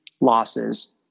losses